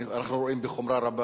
אנחנו רואים בחומרה רבה